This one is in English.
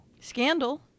Scandal